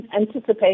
anticipate